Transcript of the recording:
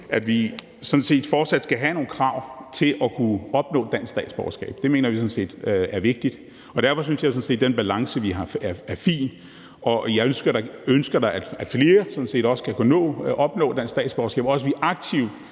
skal fortsat have nogle krav til at kunne opnå dansk statsborgerskab. Det mener vi sådan set er vigtigt, og derfor synes jeg, at den balance, vi har, er fin, og jeg ønsker da også, at flere skal kunne opnå et dansk statsborgerskab og også aktivt